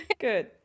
Good